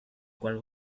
cual